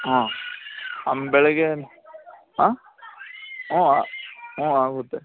ಹಾಂ ಅಮ್ ಬೆಳ್ಗೆ ಹಾಂ ಹ್ಞೂ ಹ್ಞೂ ಆಗುತ್ತೆ